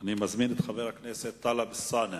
אני מזמין את חבר הכנסת טלב אלסאנע.